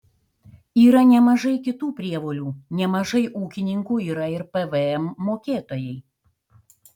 yra nemažai kitų prievolių nemažai ūkininkų yra ir pvm mokėtojai